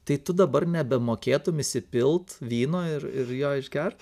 tai tu dabar nebemokėtum įsipilt vyno ir ir jo išgert